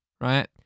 right